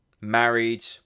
Married